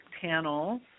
panel